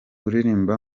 uririmba